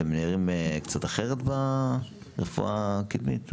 אתם נראים קצת אחרת ברפואה הקדמית?